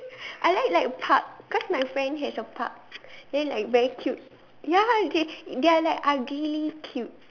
I like like pug cause my friend has a pug then like very cute ya they they are like ugly cute